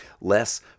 less